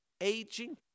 aging